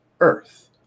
earth